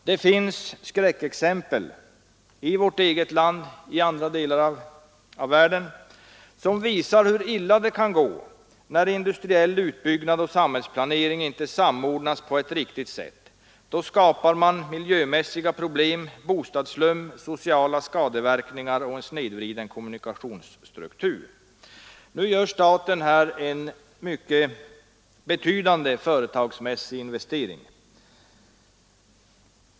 Det finns skräckexempel i vårt eget land och i andra delar av världen som visar hur illa det kan gå, när industriell utbyggnad och samhällsplanering inte samordnas på ett riktigt sätt. Då skapar man miljömässiga problem, bostadsslum, sociala skador och en snedvriden kommunikationsstruktur. Staten gör nu en mycket betydande företagsmässig investering.